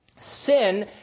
Sin